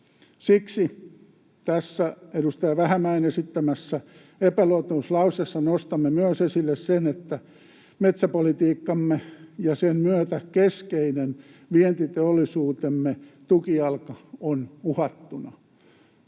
Siksi tässä edustaja Vähämäen esittämässä epäluottamuslauseessa nostamme esille myös sen, että metsäpolitiikkamme ja sen myötä keskeinen vientiteollisuutemme tukijalka on uhattuna.